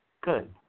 Good